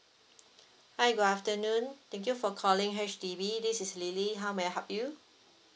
hi good afternoon thank you for calling H_D_B this is lily how may I help you